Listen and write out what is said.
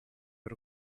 per